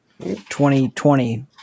2020